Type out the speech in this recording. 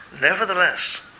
Nevertheless